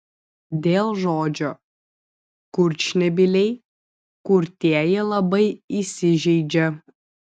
dėl žodžio kurčnebyliai kurtieji labai įsižeidžia